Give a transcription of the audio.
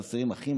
חסרים אחים,